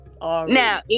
Now